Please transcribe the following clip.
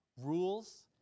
rules